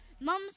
mum's